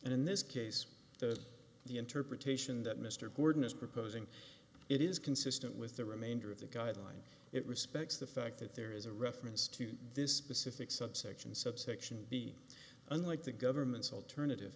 and in this case that the interpretation that mr gordon is proposing it is consistent with the remainder of the guideline it respects the fact that there is a reference to this specific subsection subsection b unlike the government's alternative